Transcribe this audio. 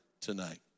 tonight